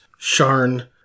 Sharn